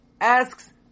asks